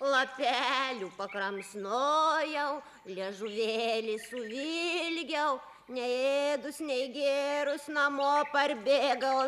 ką aš ėsiu po kemsynus liežuvėlį suvilgiau neėdus negėrus namo parbėgau